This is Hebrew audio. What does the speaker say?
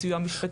בסיוע משפטי.